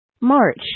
March